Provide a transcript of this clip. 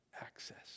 access